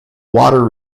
water